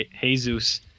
Jesus